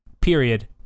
Period